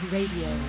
Radio